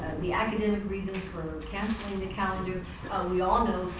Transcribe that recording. the academic reasons for canceling the calendar we all know